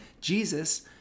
Jesus